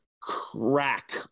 crack